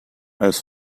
als